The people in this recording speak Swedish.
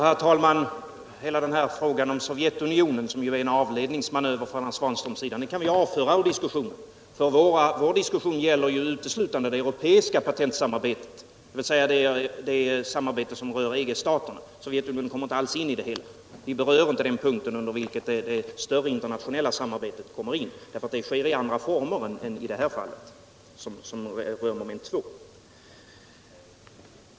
Herr talman! Hela den här frågan om Sovjetunionen, som det ju är en avledningsmanöver från herr Svanströms sida att ta upp, kan vi avföra ur diskussionen, för vår diskussion gäller uteslutande det europeiska patentsamarbetet, dvs. det samarbete som rör EG-staterna. Sovjetunionen kommer inte alls in i det hela — vi berör inte den punkt under vilken det större internationella samarbetet hör hemma, för det sker i andra former än i det här fallet, som gäller mom. 2.